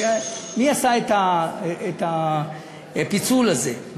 מי שעשה את הפיצול הזה.